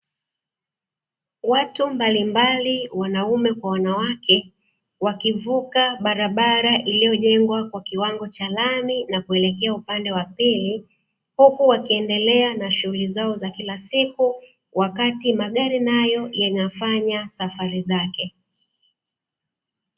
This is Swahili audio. Watu mbalimbali wanaume kwa wanawake wakivuka barabara iliyojengwa kwa kiwango cha lami na kuelekea upande wa pili, huku wakiendelea na shughuli zao za kila siku wakati magari nayo yanafanya safari zake